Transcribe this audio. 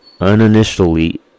Uninitially